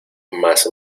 más